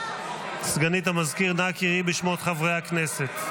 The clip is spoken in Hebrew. סגנית המזכיר, אנא קראי בשמות חברי הכנסת.